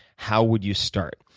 how would you start?